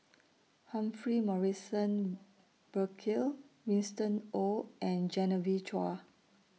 Humphrey Morrison Burkill Winston Oh and Genevieve Chua